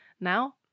Now